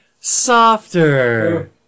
softer